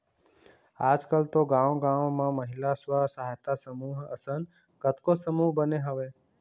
आजकल तो गाँव गाँव म महिला स्व सहायता समूह असन कतको समूह बने हवय